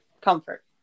comfort